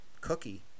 cookie